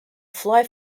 fly